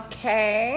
Okay